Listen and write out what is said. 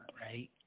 right